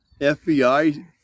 FBI